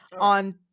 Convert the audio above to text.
On